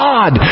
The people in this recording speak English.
God